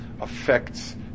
affects